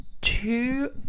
two